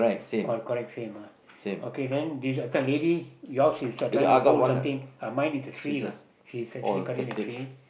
all correct same ah okay then this lady yours is trying to hold something mine is the tree lah she's actually cutting the tree